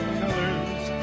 colors